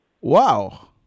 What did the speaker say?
Wow